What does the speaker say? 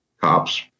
cops